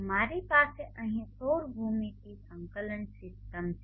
મારી પાસે અહીં સૌર ભૂમિતિ સંકલન સિસ્ટમ છે